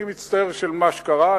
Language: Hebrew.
אני מצטער על מה שקרה,